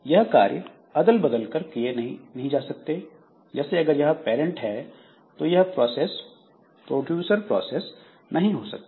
यह कार्य अदल बदल कर नहीं किए जा सकते जैसे अगर यहां पैरंट है तो यह प्रोसेस प्रोड्यूसर प्रोसेस नहीं हो सकती